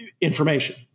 Information